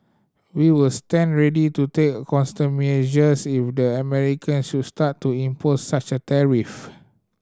we were stand ready to take countermeasures if the Americans should start to impose such a tariff